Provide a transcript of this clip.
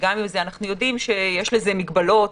אנחנו יודעים שיש לזה מגבלות,